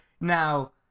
Now